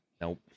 Nope